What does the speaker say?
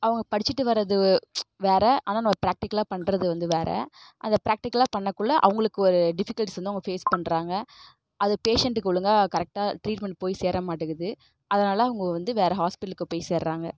அவங்க படிச்சுட்டு வரது வேறு ஆனால் நம்ப ப்ராக்டிகலா பண்ணுறது வந்து வேறு அதை ப்ராக்டிகலாக பண்ணக்குள்ளே அவங்களுக்கு ஒரு டிஃபிகல்டிஸ் வந்து அவங்க ஃபேஸ் பண்ணுறாங்க அது பேஷண்டுக்கு ஒழுங்கா கரெக்டாக டிரீட்மெண்ட் போய் சேர மாட்டேங்குது அதனால அவங்க வந்து வேறு ஹாஸ்பிட்டலுக்கு போய் சேர்றாங்க